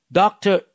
doctor